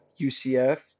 UCF